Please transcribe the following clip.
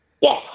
Yes